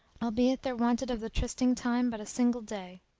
albeit there wanted of the trysting time but a single day.